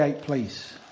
please